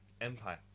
Empire